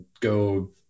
go